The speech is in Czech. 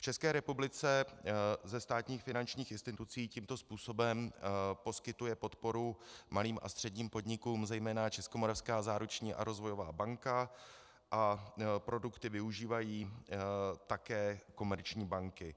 V České republice ze státních finančních institucí tímto způsobem poskytuje podporu malým a středním podnikům zejména Českomoravská záruční a rozvojová banka a produkty využívají také komerční banky.